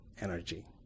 energy